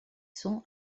sont